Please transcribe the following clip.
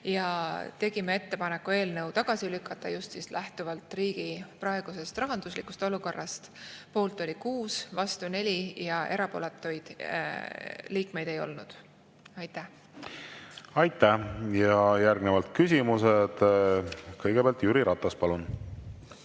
Tegime ka ettepaneku eelnõu tagasi lükata just lähtuvalt riigi praegusest rahanduslikust olukorrast, poolt oli 6, vastu 4 liiget, erapooletuid liikmeid ei olnud. Aitäh! Aitäh! Järgnevalt küsimused. Kõigepealt Jüri Ratas, palun!